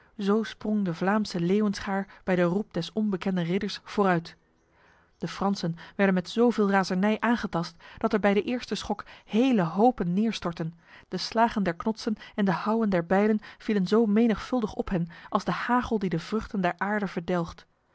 zo sprong de vlaamse leeuwenschaar bij de roep des onbekenden ridders vooruit de fransen werden met zoveel razernij aangetast dat er bij de eerste schok hele hopen neerstortten de slagen der knotsen en de houwen der bijlen vielen zo menigvuldig op hen als de hagel die de vruchten der aarde verdelgt